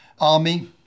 army